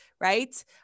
right